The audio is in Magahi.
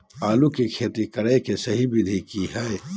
आलू के खेती करें के सही विधि की हय?